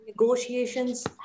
negotiations